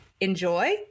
enjoy